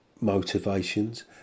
motivations